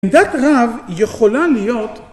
עמדת רב יכולה להיות